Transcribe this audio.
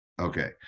Okay